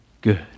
good